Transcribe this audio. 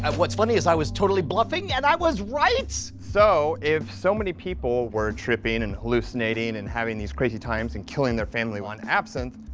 what's funny is i was totally bluffing and i was right? so, if so many people were tripping and hallucinating and having these crazy times and killing their family on absinthe,